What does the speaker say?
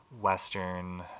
Western